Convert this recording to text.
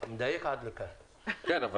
כן,